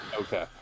Okay